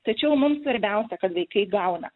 tačiau mums svarbiausia kad vaikai gauna